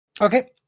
Okay